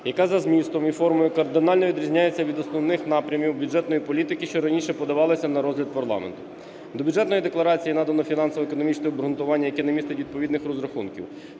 яка за змістом і формою кардинально відрізняється від основних напрямів бюджетної політики, що раніше подавалися на розгляд парламенту. До Бюджетної декларації надано фінансово-економічне обґрунтування, яке не містить відповідних розрахунків,